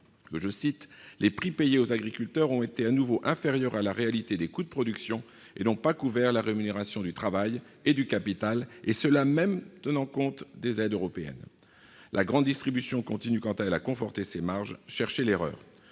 le 19 juin, « les prix payés aux agriculteurs ont été à nouveau inférieurs à la réalité des coûts de production et n'ont pas couvert la rémunération du travail et du capital, et cela même en tenant compte des aides européennes ». La grande distribution continue, quant à elle, à conforter ses marges : cherchez l'erreur